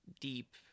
deep